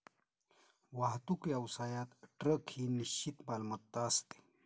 वाहतूक व्यवसायात ट्रक ही निश्चित मालमत्ता असते